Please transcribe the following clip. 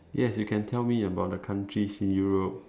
yes you can tell me about the countries in Europe